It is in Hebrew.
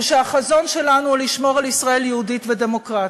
הוא שהחזון שלנו הוא לשמור על ישראל יהודית ודמוקרטית.